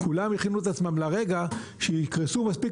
כולם הכינו את עצמם לרגע שייקנסו מספיק